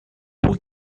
who